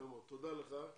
תודה לך.